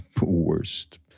worst